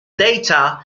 data